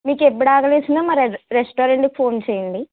మీకు ఎప్పుడు ఆకలేసిన మా రె రెస్టారెంట్కి ఫోన్ చేయండి